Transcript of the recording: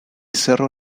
cerro